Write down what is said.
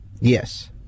Yes